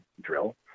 drill